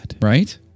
right